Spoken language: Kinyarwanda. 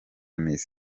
miss